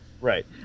Right